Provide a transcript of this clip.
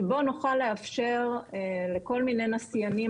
שבו נוכל לאפשר לכל מיני נסיים,